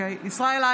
(קוראת בשמות חברי הכנסת) ישראל אייכלר,